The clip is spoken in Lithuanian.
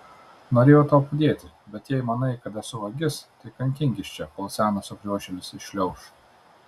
norėjau tau padėti bet jei manai kad esu vagis tai kankinkis čia kol senas sukriošėlis iššliauš